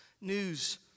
news